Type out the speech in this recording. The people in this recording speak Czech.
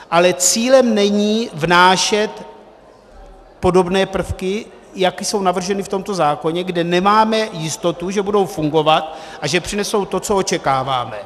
Ale cílem není vnášet podobné prvky, jaké jsou navrženy v tomto zákoně, kde nemáme jistotu, že budou fungovat a že přinesou to, co očekáváme.